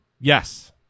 Yes